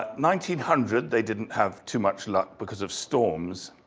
ah nine hundred, they didn't have too much luck because of storms,